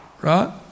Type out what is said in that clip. right